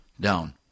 down